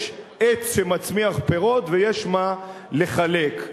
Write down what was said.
יש עץ שמצמיח פירות ויש מה לחלק.